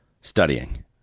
Studying